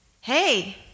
hey